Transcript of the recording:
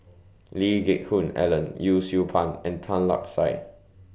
Lee Geck Hoon Ellen Yee Siew Pun and Tan Lark Sye